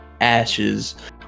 Ashes